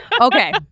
Okay